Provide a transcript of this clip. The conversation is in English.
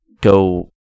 go